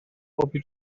bobi